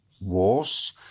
wars